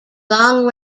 long